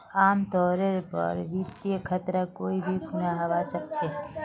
आमतौरेर पर वित्तीय खतरा कोई भी खुना हवा सकछे